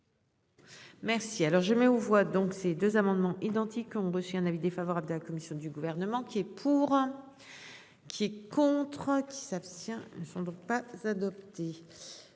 Merci alors je mets aux voix donc ces deux amendements identiques ont reçu un avis défavorable de la commission du gouvernement. Qui est pour. Qui est contre. Qui s'abstient ne sont donc pas adopté.